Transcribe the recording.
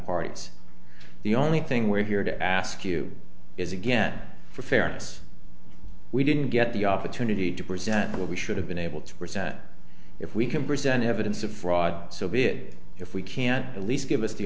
parties the only thing we're here to ask you is again fairness we didn't get the opportunity to present what we should have been able to present if we can present evidence of fraud so be it if we can at least give us the